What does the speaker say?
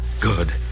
good